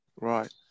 Right